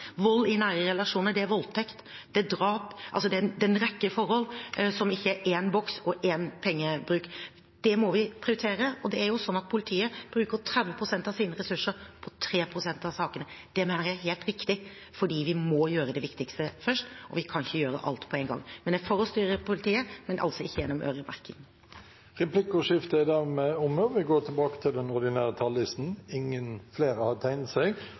Vold i nære relasjoner er voldtekt, det er drap – det er en rekke forhold som ikke er én boks og én pengebruk. Det må vi prioritere, og det er jo sånn at politiet bruker 30 pst. av sine ressurser på 3 pst. av sakene. Det mener jeg er helt riktig, for vi må gjøre det viktigste først, og vi kan ikke gjøre alt på én gang. Jeg er for å styre politiet, men altså ikke gjennom øremerking. Replikkordskiftet er dermed omme. Flere har ikke bedt om ordet til sak nr. 6. Dei siste åra har